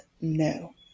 no